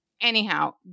Anyhow